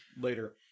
later